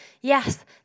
yes